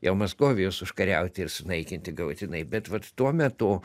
jau maskovijos užkariauti ir sunaikinti galutinai bet vat tuo metu